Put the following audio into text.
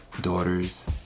daughters